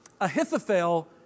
Ahithophel